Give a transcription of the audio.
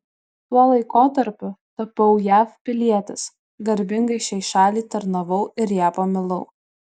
tuo laikotarpiu tapau jav pilietis garbingai šiai šaliai tarnavau ir ją pamilau